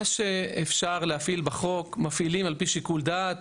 מה שאפשר להפעיל בחוק, מפעילים על פי שיקול דעת.